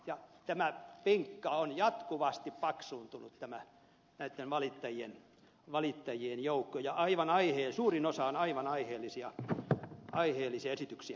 ja tämä pinkka on jatkuvasti paksuuntunut näitten valitusten joukko ja suurin osa on aivan aiheellisia esityksiä